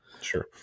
sure